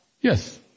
Yes